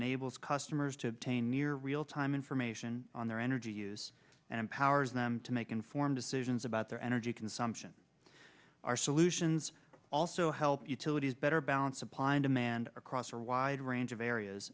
enables customers to tain near real time information on their energy use and empowers them to make informed decisions about their energy consumption our solutions also help utilities better balance supply and demand across a wide range of areas